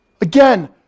Again